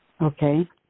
Okay